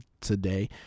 today